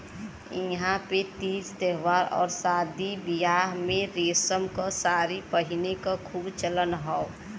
इहां पे तीज त्यौहार आउर शादी बियाह में रेशम क सारी पहिने क खूब चलन हौ